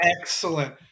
Excellent